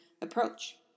approach